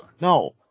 No